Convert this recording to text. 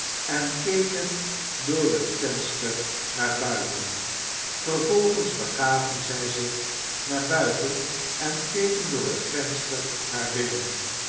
en keken door het venster naar buiten vervolgens begaven zij zich naar buiten en keken door het venster naar binnen